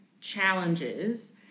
challenges